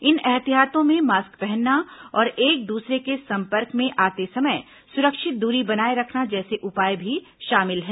इन एहतियातों में मास्क पहनना और एक दूसरे के संपर्क में आते समय सुरक्षित दूरी बनाए रखना जैसे उपाय भी शामिल हैं